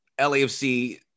LAFC